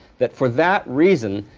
that for that reason,